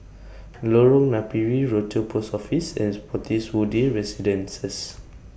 Lorong Napiri Rochor Post Office and Spottiswoode Residences